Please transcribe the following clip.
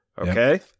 Okay